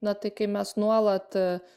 na tai kai mes nuolat